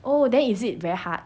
oh then is it very hard